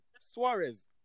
Suarez